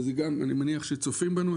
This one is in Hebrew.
כי אני מניח שצופים בנו,